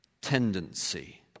tendency